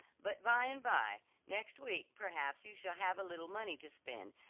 but by and by, next week, perhaps you shall have a little money to spend,